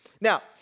Now